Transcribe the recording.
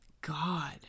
God